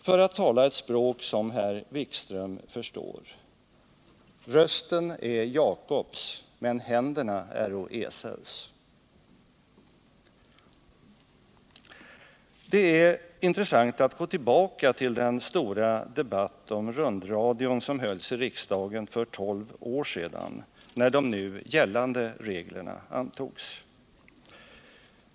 För att tala ett språk som herr Wikström förstår: Rösten är Jakobs, men händerna äro Esaus. Det är intressant att gå tillbaka till den stora debatt om rundradion som hölls i riksdagen för tolv år sedan när de nu gällande reglerna antogs.